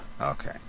Okay